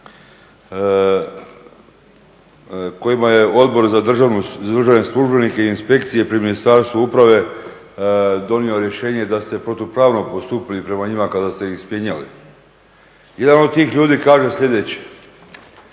kojima je Odbor za državne službenike i inspekcije pri Ministarstvu uprave donio rješenje da ste protupravno postupili prema njima kada ste ih …/Govornik se ne razumije./…. Jedan od tih ljudi kaže sljedeće